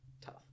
Tough